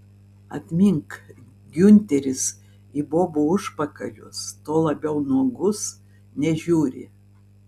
atmink giunteris į bobų užpakalius tuo labiau nuogus nežiūri